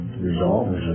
Resolve